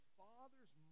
father's